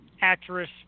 Actress